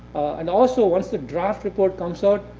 and also once the draft report comes out,